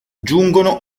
giungono